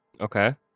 Okay